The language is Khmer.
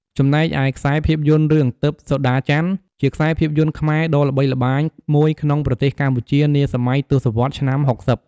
ចំណែកឯ ខ្សែភាពយន្ត រឿងទិព្វសូដាចន្ទ័ ជាខ្សែភាពយន្តខ្មែរដ៏ល្បីល្បាញមួយក្នុងប្រទេសកម្ពុជានាសម័យទសវត្សឆ្នាំ៦០។